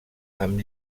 amb